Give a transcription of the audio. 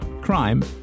crime